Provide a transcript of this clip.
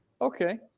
Okay